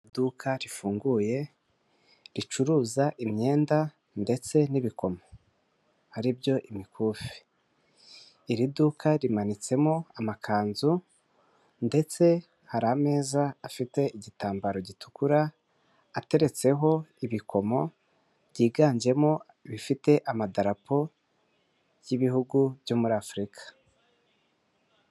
Iduka rifunguye ricuruza imyenda ndetse n'ibikomo aribyo imikufi, iri duka rimanitsemo amakanzu ndetse hari ameza afite igitambaro gitukura ateretseho ibikomo byiganjemo ibifite amadarapo y'ibihugu byo muri Afurika.